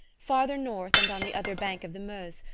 farther north, and on the other bank of the meuse,